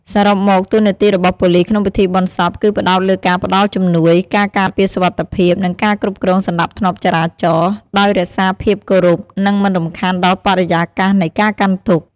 សរុបមក តួនាទីរបស់ប៉ូលីសក្នុងពិធីបុណ្យសព គឺផ្តោតលើការផ្តល់ជំនួយ ការការពារសុវត្ថិភាព និងការគ្រប់គ្រងសណ្តាប់ធ្នាប់ចរាចរណ៍ ដោយរក្សាភាពគោរព និងមិនរំខានដល់បរិយាកាសនៃការកាន់ទុក្ខ។